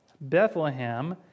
Bethlehem